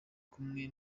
kumwe